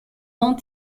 own